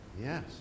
Yes